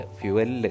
fuel